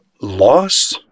Loss